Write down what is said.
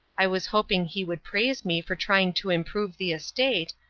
i was hoping he would praise me for trying to improve the estate,